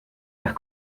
nach